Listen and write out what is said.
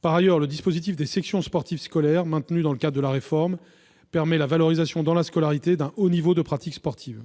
Par ailleurs, le dispositif des sections sportives scolaires, maintenu dans le cadre de la réforme, permet la valorisation dans la scolarité d'un haut niveau de pratique sportive.